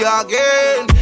again